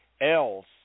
else